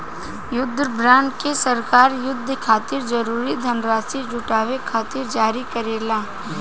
युद्ध बॉन्ड के सरकार युद्ध खातिर जरूरी धनराशि जुटावे खातिर जारी करेला